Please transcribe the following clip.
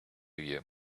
you